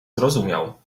zrozumiał